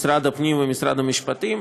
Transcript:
משרד הפנים ומשרד המשפטים.